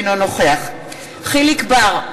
אינו נוכח יחיאל חיליק בר,